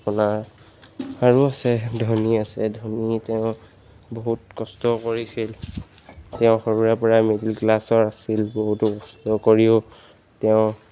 আপোনাৰ আৰু আছে ধোনী আছে ধোনী তেওঁ বহুত কষ্ট কৰিছিল তেওঁ সৰুৰে পৰাই মিডিল ক্লাছৰ আছিল বহুতো কষ্ট কৰিও তেওঁ